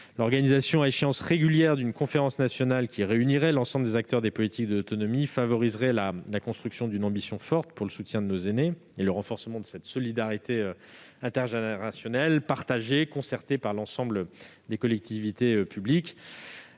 L'organisation, à échéances régulières, d'une conférence nationale qui réunirait l'ensemble des acteurs des politiques de l'autonomie favoriserait la construction d'une ambition forte pour le soutien de nos aînés et le renforcement de cette solidarité intergénérationnelle, une ambition partagée, concertée avec l'ensemble des collectivités publiques.